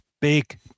big